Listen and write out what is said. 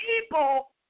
people